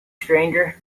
stranger